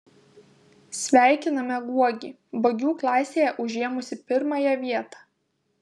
sveikiname guogį bagių klasėje užėmusį pirmąją vietą